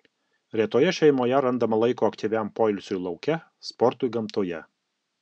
retoje šeimoje randama laiko aktyviam poilsiui lauke sportui gamtoje